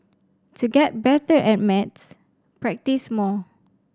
to get better at maths practise more